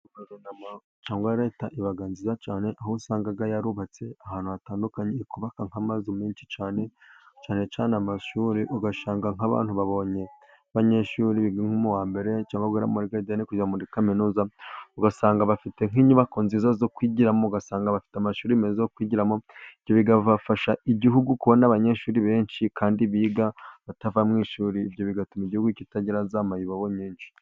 Leta iba nziza cyane, aho usanga yarubatse ahantu hatandukanye, ikubaka nk'amazu menshi cyane cyane amashuri, ugasanga nk'abantu babonye abanyeshuri biga nko mu wa mbere cyangwa kugera muri garidiyene kujya muri kaminuza, ugasanga bafite nk'inyubako nziza zo kwigiramo ugasanga bafite amashuri meza, bigafasha igihugu kubona abanyeshuri benshi kandi biga batava mu ishuri, ibyo bigatuma igihugu kitagira za mayibobo nyinshi.